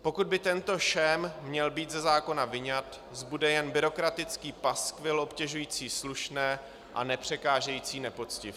Pokud by tento šém měl být ze zákona vyňat, zbude jen byrokratický paskvil obtěžující slušné a nepřekážející nepoctivcům.